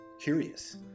curious